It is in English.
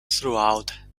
throughout